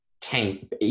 tank